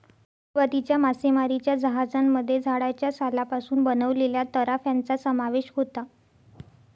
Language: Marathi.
सुरुवातीच्या मासेमारीच्या जहाजांमध्ये झाडाच्या सालापासून बनवलेल्या तराफ्यांचा समावेश होता